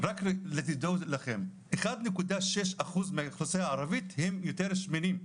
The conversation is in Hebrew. אז רק שתדעו לכם ש-1.6% מהאוכלוסייה הערבית הם יותר שמנים,